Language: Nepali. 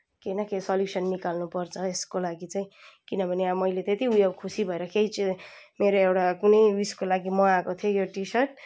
केही न केही सोल्युसन निकाल्नुपर्छ यसको लागि चाहिँ किनभने अब मैले त्यति उयो खुसी भएर केही छ मेरो एउटा कुनै उयसको लागि मगाएको थिएँ यो टिसर्ट